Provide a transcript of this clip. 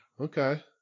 Okay